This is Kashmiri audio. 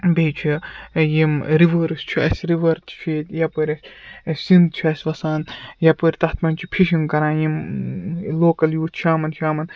بیٚیہِ چھِ یِم رِوٲرٕس چھِ اَسہِ رِوَر چھُ ییٚتہِ یَپٲرۍ أسہِ سِنٛد چھُ اَسہِ وَسان یَپٲرۍ تَتھ منٛز چھِ فِشِنٛگ کَران یِم لوکَل یوٗتھ شامَن شامَن